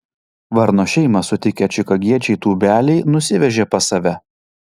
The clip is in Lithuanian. varno šeimą sutikę čikagiečiai tūbeliai nusivežė pas save